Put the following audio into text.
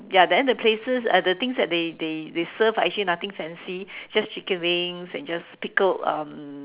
ya then the places uh the things that they they they serve are actually nothing fancy just chicken wings and just pickled um